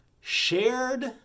shared